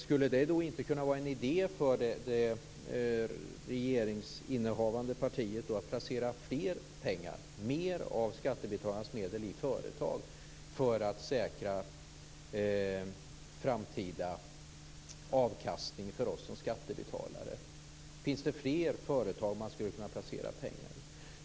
Skulle det då inte kunna vara idé för regeringspartiet att placera mer av skattebetalarnas medel i företag för att säkra en framtida avkastning för oss som skattebetalare? Finns det fler företag man skulle kunna placera pengar i?